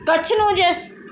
કચ્છનું જે સ